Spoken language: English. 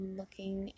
looking